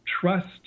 trust